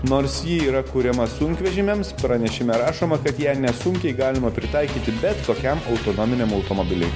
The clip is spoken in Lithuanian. nors ji yra kuriama sunkvežimiams pranešime rašoma kad ją nesunkiai galima pritaikyti bet kokiam autonominiam automobiliui